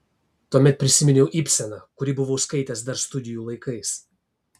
tuomet prisiminiau ibseną kurį buvau skaitęs dar studijų laikais